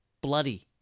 bloody